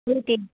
ییٚتی